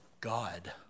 God